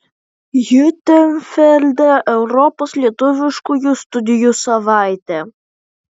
hiutenfelde europos lietuviškųjų studijų savaitė